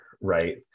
right